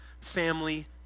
family